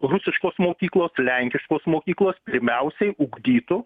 rusiškos mokyklos lenkiškos mokyklos pirmiausiai ugdytų